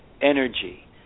energy